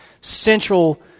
central